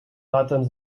laten